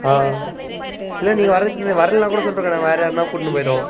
ஆ இல்லை நீங்கள் வர்றத்துக்கு வரலைனா கூட சொல்லிடுங்க நாங்கள் வேறு யாருனா கூட்டினு போய்டுவோம்